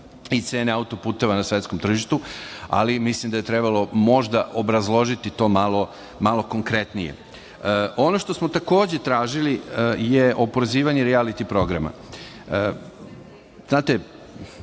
i cena auto-puteva na svetskom tržištu, ali mislim da je trebalo možda obrazložiti to malo konkretnije. Ono što smo takođe tražili, je oporezivanje rijaliti programa. Znate,